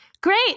Great